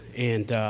and